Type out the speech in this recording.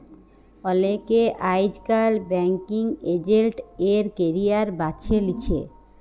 অলেকে আইজকাল banking agent এর ক্যারিয়ার বাছে লিছে